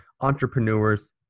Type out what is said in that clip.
entrepreneurs